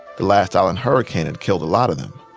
the last island hurricane had killed a lot of them.